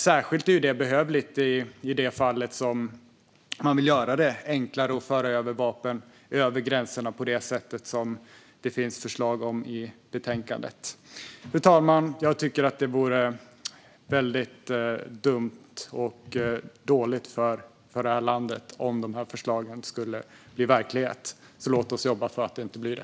Särskilt behövligt är det i de fall där man vill göra det enklare att föra vapen över gränserna på det sätt som det finns förslag om i betänkandet. Fru talman! Jag tycker att det vore väldigt dumt och dåligt för det här landet om dessa förslag skulle bli verklighet. Låt oss jobba för att de inte blir det.